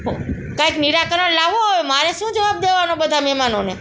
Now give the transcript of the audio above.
કાંઈક નિરાકરણ લાવો હવે મારે શું જવાબ દેવાનો બધા મહેમાનોને